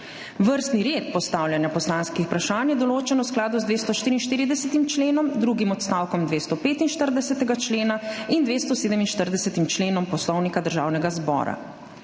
Vrstni red postavljanja poslanskih vprašanj je določen v skladu z 244. členom, drugim odstavkom 245. člena in 247. členom Poslovnika Državnega zbora.